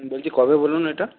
বলছি কবে বলুন এটা